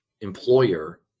employer